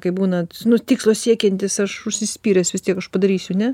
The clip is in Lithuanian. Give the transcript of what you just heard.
kaip būnat nu tikslo siekiantis aš užsispyręs vis tiek aš padarysiu ne